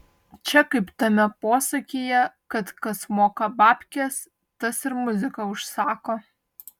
čia kaip tame posakyje kad kas moka babkes tas ir muziką užsako